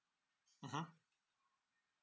mmhmm